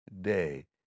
day